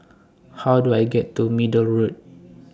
How Do I get to Middle Road